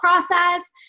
process